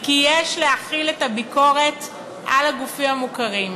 היא כי יש להחיל את הביקורת על הגופים המוכרים.